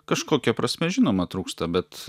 kažkokia prasme žinoma trūksta bet